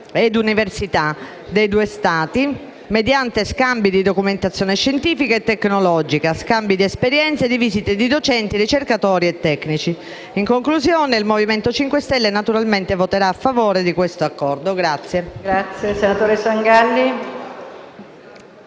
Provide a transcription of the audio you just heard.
e università dei due Stati mediante scambi di documentazione scientifica e tecnologica, scambi di esperienze e di visite di docenti, ricercatori e tecnici. In conclusione, il Movimento 5 Stelle voterà a favore di questo accordo.